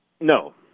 No